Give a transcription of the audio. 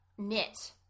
knit